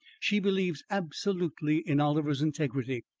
she believes absolutely in oliver's integrity.